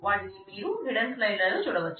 వాటిని మీరు hidden slide లలో చూడవచ్చు